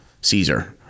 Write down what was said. Caesar